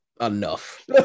enough